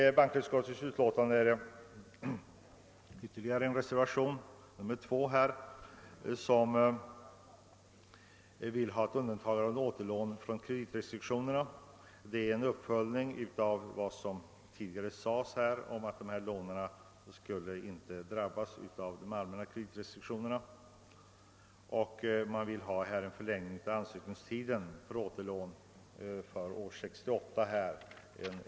I bankoutskottets utlåtande finns det ytterligare en reservation, nr 2, som vill ha ett undantag av återlån från kreditrestriktionerna. Det är en uppföljning av vad som tidigare sagts här om att dessa lån inte skulle drabbas av de allmänna = kreditrestriktionerna. Man önskar en förlängning av ansökningstiden av återlån för år 1968.